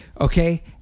okay